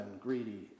greedy